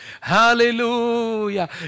Hallelujah